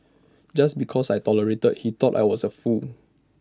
just because I tolerated he thought I was A fool